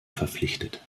verpflichtet